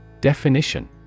Definition